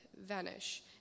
vanish